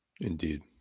Indeed